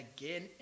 again